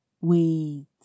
Wait